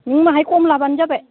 नों बाहाय खम लाबानो जाबाय